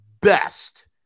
best